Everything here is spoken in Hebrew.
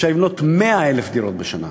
אפשר היה לבנות 100,000 דירות בשנה